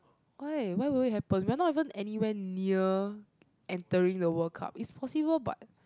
why why will it happen we are not even anywhere near entering the World Cup is possible but